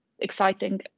exciting